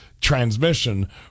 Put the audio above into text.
transmission